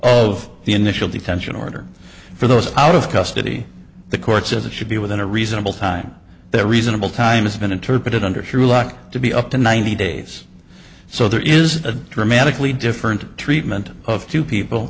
of the initial detention order for those out of custody the courts as it should be within a reasonable time that reasonable time has been interpreted under sherlock to be up to ninety days so there is a dramatically different treatment of two people